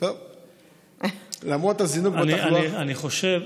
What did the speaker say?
אני חושב,